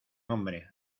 hombre